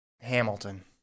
Hamilton